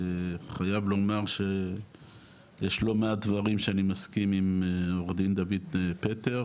חייב לומר שיש לא מעט דברים שאני מסכים עם עורך דין דויד פטר,